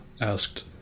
asked